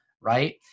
right